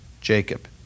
Jacob